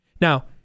Now